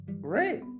Great